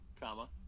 comma